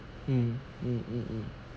mm mm mm